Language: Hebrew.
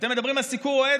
אתם מדברים על סיקור אוהד,